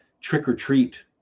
trick-or-treat